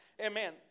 Amen